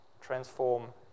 transform